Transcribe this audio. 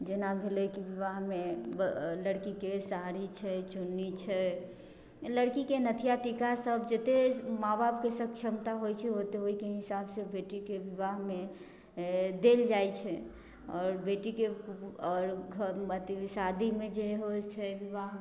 जेना भेलै कि विवाहमे लड़कीके साड़ी छै चुन्नी छै लड़कीके नथिआ टीका सब जते माँ बापके क्षमता होइत छै तऽ ओहिके हिसाबसँ बेटीके विवाहमे देल जाइत छै आओर बेटीके आओर शादीमे जे होइत छै विवाहमे